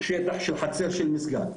שטח חצר של מסגד.